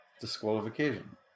Disqualification